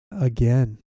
again